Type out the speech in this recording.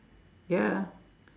ya